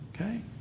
okay